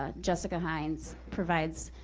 ah jessica hines provides